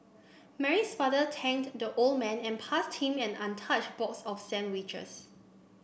Mary's father thanked the old man and passed him an untouched box of sandwiches